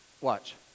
watch